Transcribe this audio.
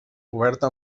oberta